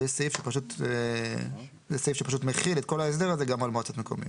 וזה סעיף שפשוט מכיל את כל ההסדר הזה גם על מועצות מקומיות.